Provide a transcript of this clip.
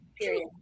period